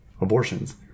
abortions